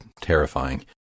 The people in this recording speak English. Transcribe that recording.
terrifying